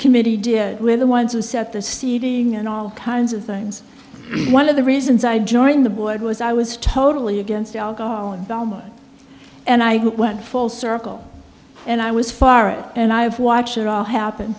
committee did we're the ones who set the seeding and all kinds of things one of the reasons i joined the board was i was totally against alcohol and dolma and i went full circle and i was far and i've watched it all happen